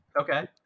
Okay